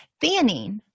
Theanine